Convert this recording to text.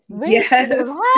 Yes